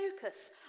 focus